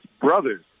brothers